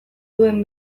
duen